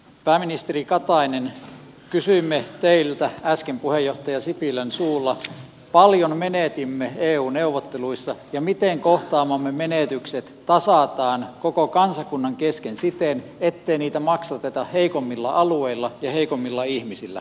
pääministeri katainen kysyimme teiltä äsken puheenjohtaja sipilän suulla paljonko menetimme eu neuvotteluissa ja miten kohtaamamme menetykset tasataan koko kansakunnan kesken siten ettei niitä maksateta heikoimmilla alueilla ja heikoimmilla ihmisillä